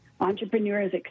entrepreneurs